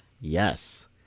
Yes